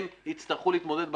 הם יצטרכו להתמודד בתחרות.